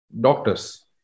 doctors